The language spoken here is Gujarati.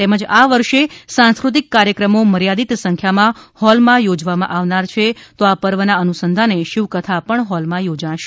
તેમજ આ વર્ષે સાંસ્કૃતિક કાર્યક્રમો મર્યાદિત સંખ્યામાં હોલમાં યોજાવામા આવનાર છે તો આ પર્વના અનુસંધાને શિવકથા પણ હોલમાં યોજાશે